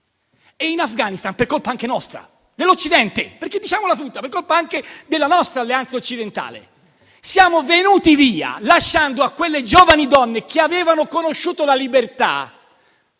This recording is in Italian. condizioni per colpa anche nostra, dell'Occidente, diciamola tutta, e per colpa anche della nostra Alleanza occidentale: siamo venuti via, lasciando a quelle giovani donne, che avevano conosciuto la libertà,